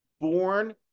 born